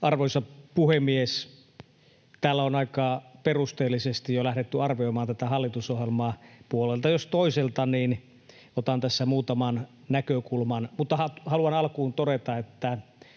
Arvoisa puhemies! Täällä on aika perusteellisesti jo lähdetty arvioimaan tätä hallitusohjelmaa puolelta jos toiselta, ja otan tässä muutaman näkökulman. Haluan alkuun todeta, että